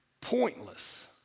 pointless